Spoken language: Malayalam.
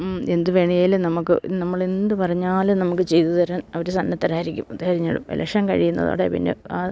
എന്ത് വേണേലും നമുക്ക് നമ്മള് എന്ത് പറഞ്ഞാലും നമുക്ക് ചെയ്തു തരാൻ അവര് സന്നദ്ധരായിരിക്കും തെരഞ്ഞെടുപ്പ് ഇലക്ഷൻ കഴിയുന്നതോടെ പിന്നെ ആ